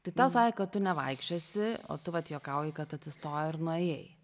tai tau sakė kad tu nevaikščiosi o tu vat juokauji kad atsistojai ir nuėjai